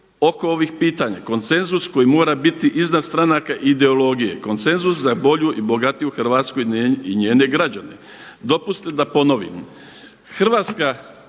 Hrvatskoj